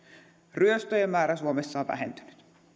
ryöstöjen määrä suomessa on vähentynyt